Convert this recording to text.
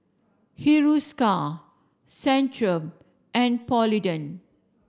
Hiruscar Centrum and Polident